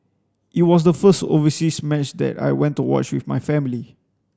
it was the first overseas match that I went to watch with my family